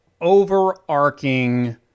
overarching